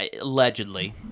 allegedly